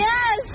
Yes